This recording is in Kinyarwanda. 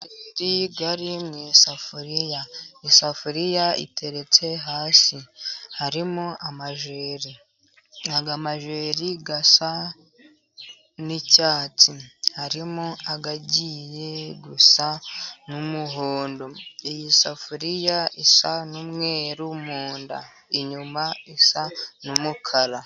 Amajeri ari mu isafuriya, isafuriya iteretse hasi harimo amajeri asa n'icyatsi. Harimo agiye gusa n'umuhondo, iyi safuriya isa n'umweru mu nda, inyuma isa n'umukara.